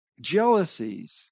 jealousies